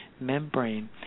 membrane